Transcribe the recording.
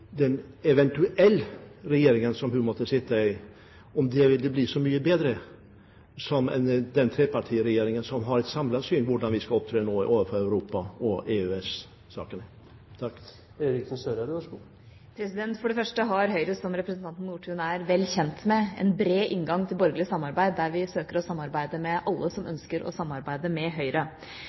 som hun måtte sitte i; ville den bli så mye bedre enn den trepartiregjeringen som har et samlet syn på hvordan vi skal opptre i Europa- og EØS-saker? For det første har Høyre, som representanten Nordtun er vel kjent med, en bred inngang til borgerlig samarbeid. Vi søker å samarbeide med alle som ønsker å samarbeide med Høyre.